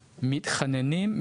מתחננים,